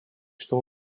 что